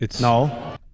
No